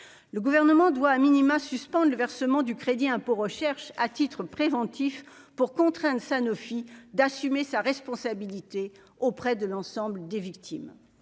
le gouvernement doit a minima suspendre le versement du crédit impôt recherche à titre préventif pour contraindre Sanofi d'assumer sa responsabilité auprès de l'ensemble des victimes